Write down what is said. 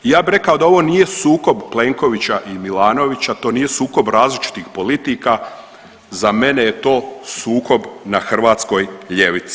I ja bih rekao da ovo nije sukob Plenkovića i Milanovića, to nije sukob različitih politika, za mene je to sukob na hrvatskoj ljevici.